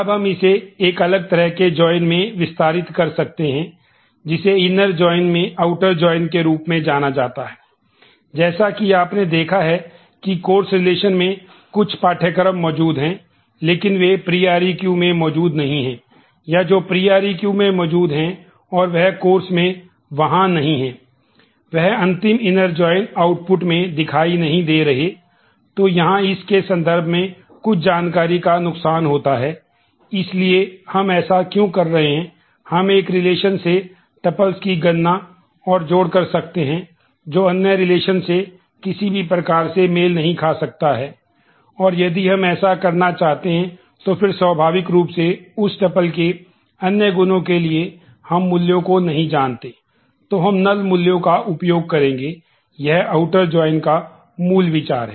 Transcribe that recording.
अब हम इसे एक अलग तरह के जॉइन का मूल विचार है